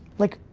like,